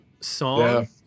song